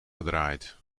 gedraaid